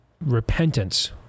repentance